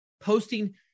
posting